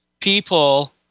people